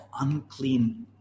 unclean